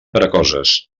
precoces